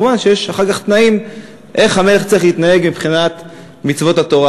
מובן שיש אחר כך תנאים איך המלך צריך להתנהג מבחינת מצוות התורה,